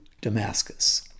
Damascus